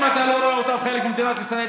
אם אתה לא רואה בהם חלק ממדינת ישראל,